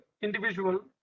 individual